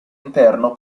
interno